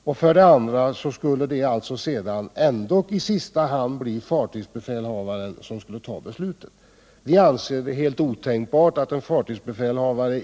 I sista hand skulle det i alla fall bli fartygsbefälhavaren som har att fatta beslut.